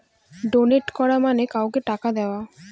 donate করা মানে কাউকে টাকা দেওয়া